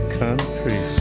country